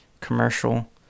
commercial